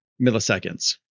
milliseconds